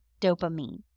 dopamine